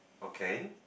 okay